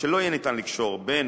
שלא יהיה ניתן לקשור בין